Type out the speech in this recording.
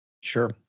sure